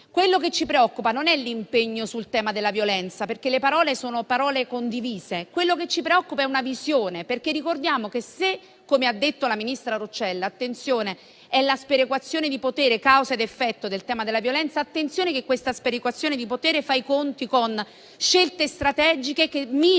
quello che ci preoccupa non è l'impegno sul tema della violenza, perché le parole sono condivise. Quello che ci preoccupa è una visione. Se infatti - come ha detto la ministra Roccella - è la sperequazione di potere causa ed effetto del tema della violenza, bisogna fare attenzione al fatto che questa sperequazione di potere fa i conti con scelte strategiche che mirano